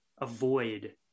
avoid